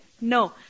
No